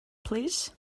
plîs